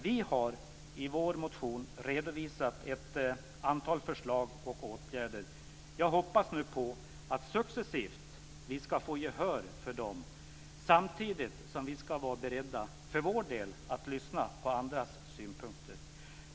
Vi har i vår motion redovisat ett antal förslag och åtgärder. Jag hoppas nu att vi successivt ska få gehör för dem, samtidigt som vi ska vara beredda för vår del att lyssna på andras synpunkter.